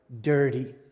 dirty